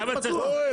פורר,